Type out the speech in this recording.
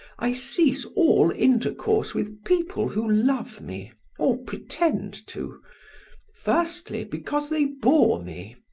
i cease all intercourse with people who love me or pretend to firstly, because they bore me,